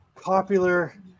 popular